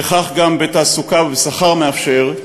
וכך גם בתעסוקה ובשכר מאפשר,